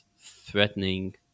threatening